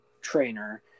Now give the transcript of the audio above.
trainer